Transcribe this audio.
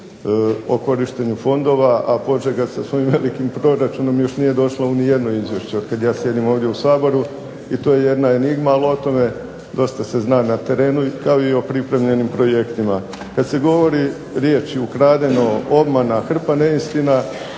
o korištenju fondova, a Požega sa svojim velikim proračunom još nije došla u nijedno izvješće od kada ja sjedim ovdje u SAboru i to je jedna enigma, ali o tome dosta se zna na terenu kao i o pripremljenim projektima. Kada se govore riječi ukradeno, obmana, hrpa neistina,